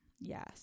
yes